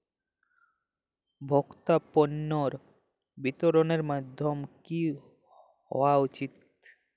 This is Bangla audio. ভোক্তা পণ্যের বিতরণের মাধ্যম কী হওয়া উচিৎ?